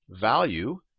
Value